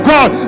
God